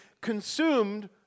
consumed